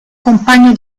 compagno